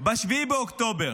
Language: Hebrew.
ב-7 באוקטובר,